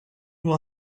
will